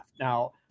Now